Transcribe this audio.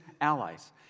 allies